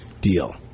Deal